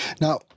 Now